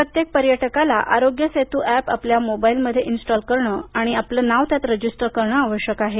प्रत्येक पर्यटकाला आरोग्य सेतू एप आपल्या मोबाईल मध्ये इंस्तोल करणं आणि आपल नाव त्यात रजिस्टर करणं आवशयक आहे